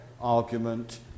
Argument